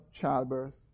childbirth